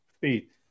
feet